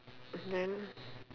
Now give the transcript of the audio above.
then